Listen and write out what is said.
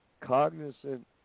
cognizant